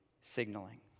signaling